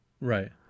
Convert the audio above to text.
Right